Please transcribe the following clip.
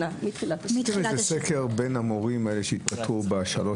עשיתם סקר בין המורים שהתפטרו בשלוש